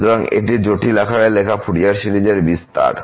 সুতরাং এটি জটিল আকারে লেখা ফুরিয়ার সিরিজের বিস্তার